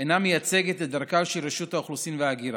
אינה מייצגת את דרכה של רשות האוכלוסין וההגירה.